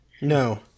No